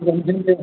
എന്തിൻറെ